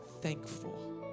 thankful